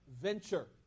venture